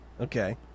Okay